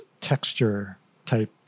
texture-type